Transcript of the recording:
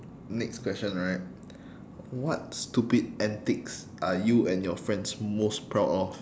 next question right what stupid antics are you and your friends most proud of